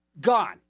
gone